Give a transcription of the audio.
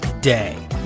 day